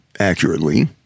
Accurately